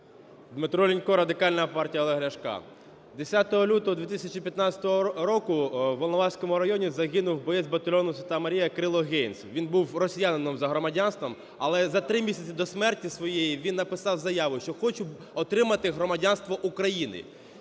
Дмитро Лінько, Радикальна партія Олега Ляшка. 10 лютого 2015 року в Волноваському районі загинув боєць батальйону "Свята Марія" Кирило Гейнц. Він був росіянином за громадянством, але за три місяці до смерті своєї він написав заяву, що "хочу отримати громадянство України".